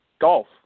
Golf